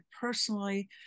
personally